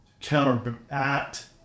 counteract